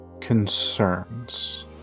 concerns